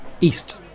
east